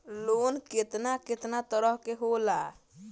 Loan केतना केतना तरह के होला?